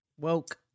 Woke